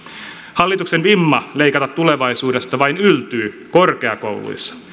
hallituksen vimma leikata tulevaisuudesta vain yltyy korkeakouluissa